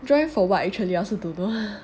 join for what actually I also don't know